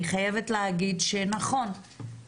אני חייבת להגיד שנכון,